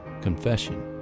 confession